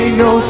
no